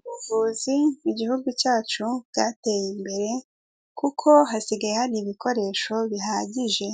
Ubuvuzi mu gihugu cyacu bwateye imbere, kuko hasigaye hari ibikoresho bihagije,